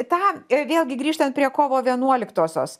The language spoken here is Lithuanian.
tam vėlgi grįžtant prie kovo vienuoliktosios